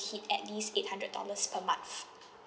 hit at least eight hundred dollars per month